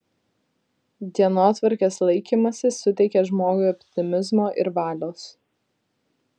dienotvarkės laikymasis suteikia žmogui optimizmo ir valios